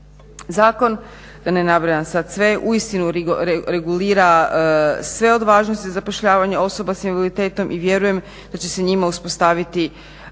Zakon, da ne nabrajam sada sve uistinu regulira sve od važnosti za zapošljavanje osoba s invaliditetom i vjerujem da će se njima uspostaviti